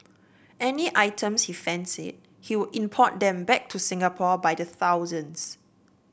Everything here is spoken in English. any items he fancied he would import them back to Singapore by the thousands